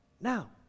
now